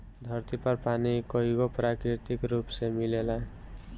धरती पर पानी कईगो प्राकृतिक रूप में मिलेला